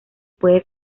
puede